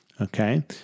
Okay